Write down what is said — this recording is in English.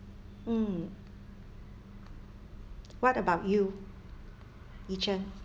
mm what about you yi chen